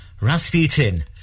Rasputin